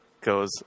goes